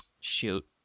shoot